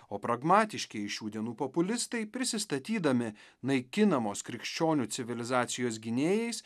o pragmatiškieji šių dienų populistai prisistatydami naikinamos krikščionių civilizacijos gynėjais